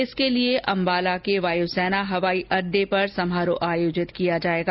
इसके लिए अंबाला के वायुसेना हवाई अड्डे पर समारोह आयोजित किया जाएगा